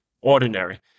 ordinary